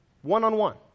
One-on-one